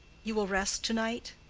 you will rest to-night?